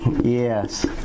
yes